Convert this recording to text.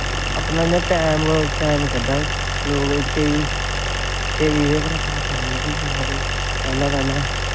इ'यां टैम कड्डा दे केईं केईं एह्दे पर कम्म बी करा दे पैह्लैं पैह्लैं